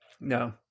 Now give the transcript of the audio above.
No